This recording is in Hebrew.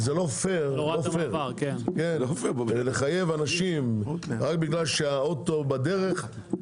זה לא פייר לחייב אנשים רק בגלל שהאוטו בדרך.